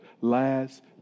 last